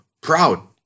proud